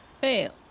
Fail